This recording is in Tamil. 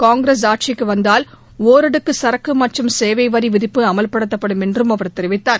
காங்கிரஸ் ஆட்சிக்கு வந்தால் ஒரடுக்கு சரக்கு மற்றும் சேவை வரி விதிப்பு அமல்படுத்தப்படும் என்றும் அவர் தெரிவித்தார்